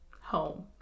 home